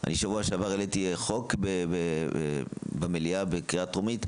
אני שבוע שעבר העליתי חוק במליאה בקריאה טרומית,